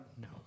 no